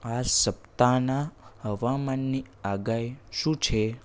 આ સપ્તાહના હવામાનની આગાહી શું છે